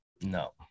No